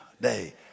day